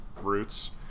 roots